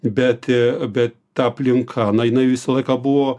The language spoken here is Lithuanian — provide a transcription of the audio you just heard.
bet bet ta aplinka na jinai visą laiką buvo